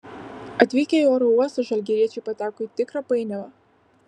atvykę į oro uostą žalgiriečiai pateko į tikrą painiavą